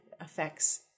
affects